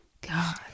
God